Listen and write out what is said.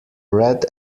red